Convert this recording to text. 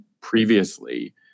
previously